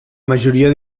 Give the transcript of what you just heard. majoria